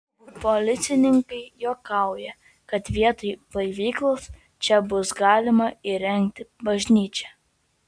policininkai juokauja kad vietoj blaivyklos čia bus galima įrengti bažnyčią